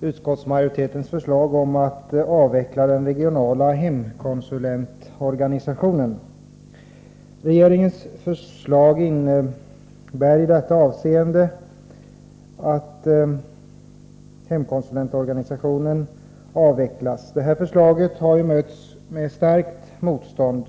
utskottsmajoritetens förslag om att avveckla den regionala hemkonsulentorganisationen. Regeringens förslag innebär i detta avseende att hemkonsulentorganisationen avvecklas. Detta förslag har mött starkt motstånd.